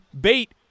bait